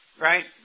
right